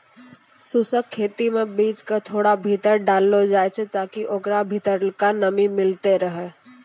शुष्क खेती मे बीज क थोड़ा भीतर डाललो जाय छै ताकि ओकरा भीतरलका नमी मिलतै रहे